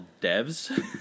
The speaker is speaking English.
Devs